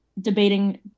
debating